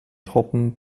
truppen